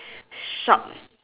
shop